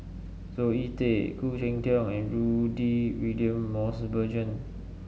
Zoe Tay Khoo Cheng Tiong and Rudy William Mosbergen